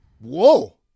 Whoa